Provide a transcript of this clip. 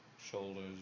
Shoulders